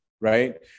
Right